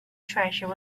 treasure